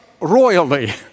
royally